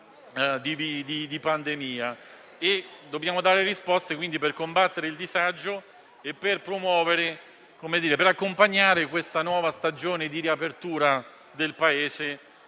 Dobbiamo dare risposte, quindi, per combattere il disagio e per accompagnare la nuova stagione di riapertura del Paese,